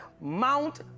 Mount